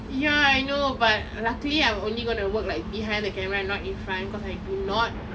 ya I know but lucky I'm only gonna work like behind the camera and not in front because I do not